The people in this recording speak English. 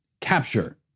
capture